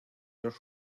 los